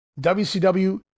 WCW